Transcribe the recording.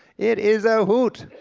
it is a hoot,